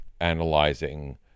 analyzing